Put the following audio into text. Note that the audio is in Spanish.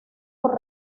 por